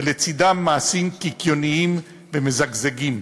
ולצדם מעשים קיקיוניים ומזגזגים.